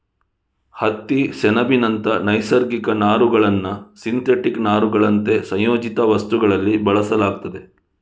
ಹತ್ತಿ, ಸೆಣಬಿನಂತ ನೈಸರ್ಗಿಕ ನಾರುಗಳನ್ನ ಸಿಂಥೆಟಿಕ್ ನಾರುಗಳಂತೆ ಸಂಯೋಜಿತ ವಸ್ತುಗಳಲ್ಲಿ ಬಳಸಲಾಗ್ತದೆ